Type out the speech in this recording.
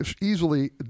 easily